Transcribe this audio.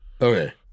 Okay